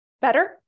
better